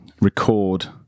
record